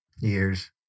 years